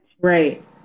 Right